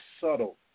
subtle